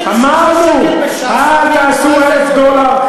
אמרנו: אל תעשו 1,000 דולר,